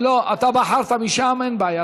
לא, אתה בחרת משם, אין בעיה.